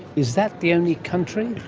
is that the only country?